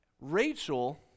Rachel